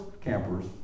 campers